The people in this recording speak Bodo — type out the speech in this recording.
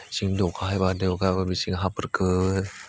सिं दौवगा मा देवगा बिसिनि हाब्रुफोर